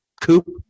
coop